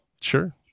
Sure